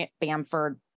Bamford